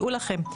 דעו לכם,